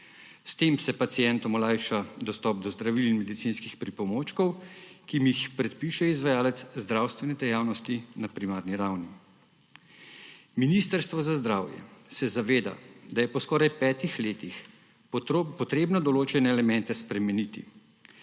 S tem se pacientom olajša dostop do zdravil in medicinskih pripomočkov, ki mu jih predpiše izvajalec zdravstvene dejavnosti na primarni ravni. Ministrstvo za zdravje se zaveda, da je po skoraj petih letih potrebno določene elemente spremeniti.